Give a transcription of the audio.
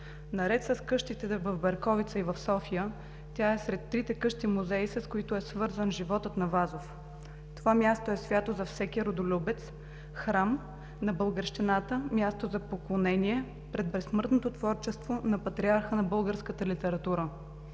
Наред с къщите в Берковица и в София, тя е сред трите къщи музеи, с които е свързан животът на Вазов. Това място е свято за всеки родолюбец, храм на българщината, място за поклонение пред безсмъртното творчество на патриарха на българската литература.